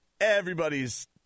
everybody's